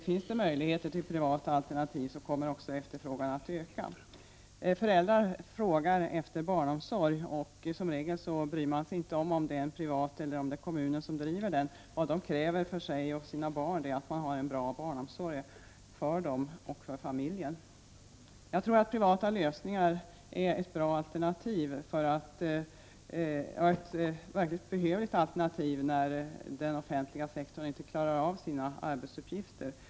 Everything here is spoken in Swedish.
Finns det möjligheter att få privata alternativ kommer också efterfrågan att öka. Föräldrar frågar efter barnomsorg, och som regel bryr de sig inte om ifall det är en privat eller kommunen som driver det hela. Vad de kräver för sig och sina barn är en bra barnomsorg — bra för barnen och för familjen. Jag tror att privata lösningar är ett bra och verkligt behövligt alternativ när den offentliga sektorn inte klarar av sina arbetsuppgifter.